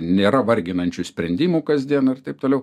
nėra varginančių sprendimų kasdien ir taip toliau